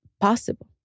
possible